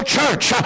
Church